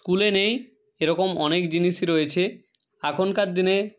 স্কুলে নেই এরকম অনেক জিনিসই রয়েছে এখনকার দিনে